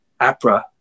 APRA